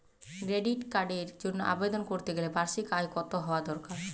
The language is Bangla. ক্রেডিট কার্ডের জন্য আবেদন করতে গেলে বার্ষিক আয় কত হওয়া দরকার?